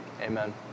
Amen